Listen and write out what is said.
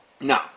No